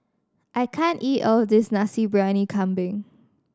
I can't eat all this Nasi Briyani Kambing